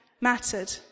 mattered